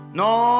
no